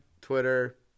Twitter